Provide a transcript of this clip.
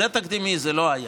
זה תקדימי, זה לא היה.